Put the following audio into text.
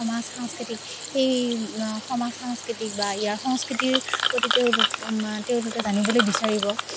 সমাজ সাংস্কৃতিক সেই সমাজ সাংস্কৃতিক বা ইয়াৰ সংস্কৃতিৰ প্ৰতি তেওঁলোক তেওঁলোকে জানিবলৈ বিচাৰিব